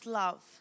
love